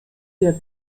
der